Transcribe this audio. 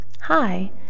Hi